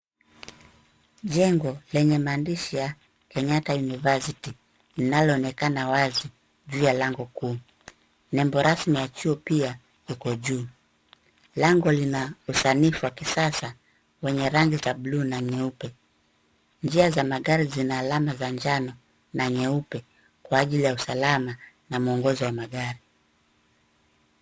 Jengo lenye maandishi ya Kenyatta University linaloonekana wazi juu ya lango kuu, nembo rasmi ya chuo pia iko juu. Lango lina usanifu wa kisasa wenye rangi za buluu na nyeupe. Njia za magari zina alama za njano na nyeupe kwa ajili ya usalama na mwongozo wa magari.